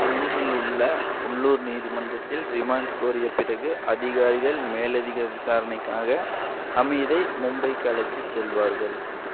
பூஞ்சில் உள்ள உள்ளூர் நீதிமன்றத்தில் ரிமாண்ட் கூறிய பிறகு அதிகாரிகள் மேலதிக விசாரணைக்காக ஹமீதை மும்பைக்கு அழைத்துச் செல்வார்கள்